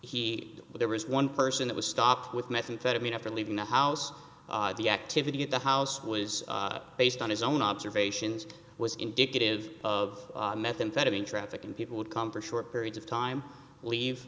he there was one person that was stopped with methamphetamine after leaving the house the activity at the house was based on his own observations was indicative of methamphetamine traffic and people would come for short periods of time leave